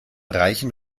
reichen